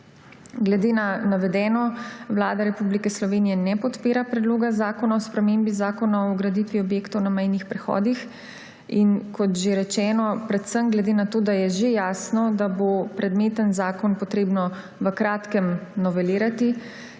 Glede na navedeno Vlada Republike Slovenije ne podpira Predloga zakona o spremembi Zakona o graditvi objektov na mejnih prehodih, in kot že rečeno, predvsem glede na to, da je že jasno, da bo predmetni zakon potrebno v kratkem novelirati,